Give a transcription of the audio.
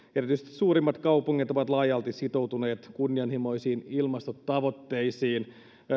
suurimmat kaupungit ovat laajalti sitoutuneet kunnianhimoisiin ilmastotavoitteisiin